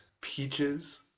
peaches